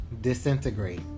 disintegrate